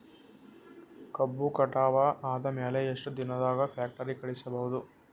ಕಬ್ಬು ಕಟಾವ ಆದ ಮ್ಯಾಲೆ ಎಷ್ಟು ದಿನದಾಗ ಫ್ಯಾಕ್ಟರಿ ಕಳುಹಿಸಬೇಕು?